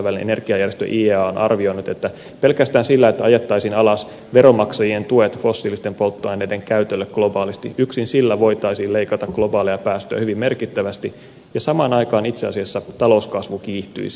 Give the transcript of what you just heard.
kansainvälinen energiajärjestö iea on arvioinut että pelkästään sillä että ajettaisiin alas veronmaksajien tuet fossiilisten polttoaineiden käytölle globaalisti voitaisiin leikata globaaleja päästöjä hyvin merkittävästi ja samaan aikaan itse asiassa talouskasvu kiihtyisi